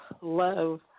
love